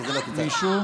סתם, באמת, די כבר.